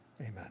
Amen